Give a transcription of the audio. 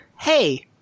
hey